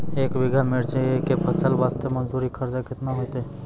एक बीघा मिर्ची के फसल वास्ते मजदूरी खर्चा केतना होइते?